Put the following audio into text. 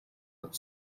that